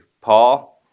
Paul